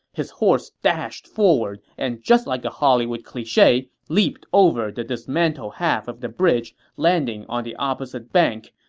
his horse dashed forward and, just like a hollywood cliche, leaped over the dismantled half of the bridge, landing on the opposite bank.